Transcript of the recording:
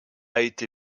été